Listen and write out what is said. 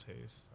taste